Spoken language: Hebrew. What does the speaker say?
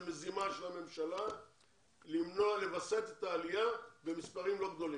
זאת מזימה של הממשלה לווסת את העלייה במספרים לא גדולים.